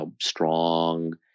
strong